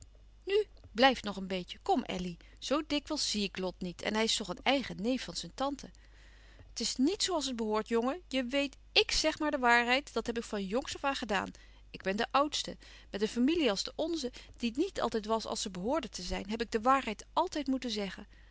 nu blijf nog een beetje kom elly zoo dikwijls zie ik lot niet en hij is toch een eigen neef van zijn tante het is niet zoo als het behoort jongen je weet ik zeg maar de waarheid dat heb ik van jongs aan gedaan ik ben de oudste met een familie als de louis couperus van oude menschen de dingen die voorbij gaan onze die niet altijd was als ze behoorde te zijn heb ik de waarheid altijd moeten zeggen